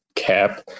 cap